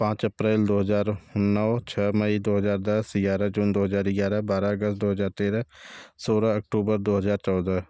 पाँच अप्रैल दो हज़ार नौ छः मई दो हज़ार दस ग्यारह जून दो हज़ार ग्यारह बारह अगस्त दो हज़ार तेरह सोलह अक्टूबर दो हज़ार चौदह